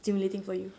stimulating for you